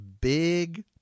big